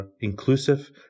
inclusive